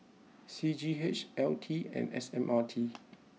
C G H L T and S M R T